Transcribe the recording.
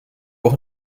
auch